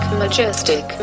majestic